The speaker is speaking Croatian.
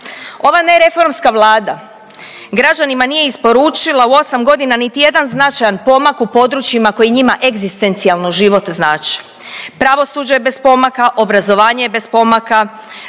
Ova ne reformska Vlada građanima nije isporučila u osam godina niti jedan značajan pomak u područjima koji njima egzistencijalno život znače, pravosuđe je bez pomaka, obrazovanje je bez pomaka,